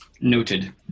noted